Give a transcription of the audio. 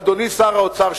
אדוני שר האוצר,